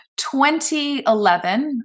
2011